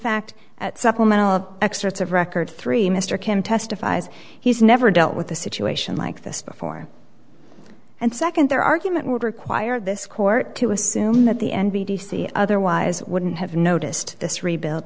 fact at supplemental of excerpts of record three mr kim testifies he's never dealt with a situation like this before and second their argument would require this court to assume that the n b d c otherwise wouldn't have noticed this rebuil